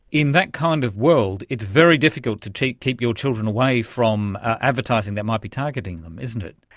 in that kind of world it's very difficult to to keep your children away from advertising that might be targeting them, isn't it.